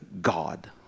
God